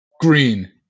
Green